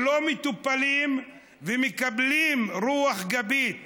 שלא מטופלים ומקבלים רוח גבית